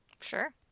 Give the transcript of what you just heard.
Sure